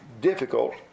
difficult